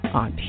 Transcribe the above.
on